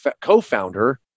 co-founder